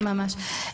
ממש.